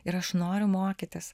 ir aš noriu mokytis